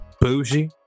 bougie